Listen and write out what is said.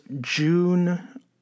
June